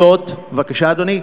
בבקשה, אדוני?